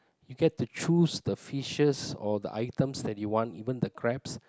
you get to choose the fishes or the items that you want even the crabs